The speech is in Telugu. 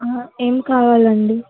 ఏమి కావాలండి